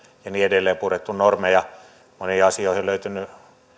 ja niin edelleen purettu normeja moniin asioihin on löytynyt